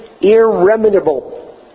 irremediable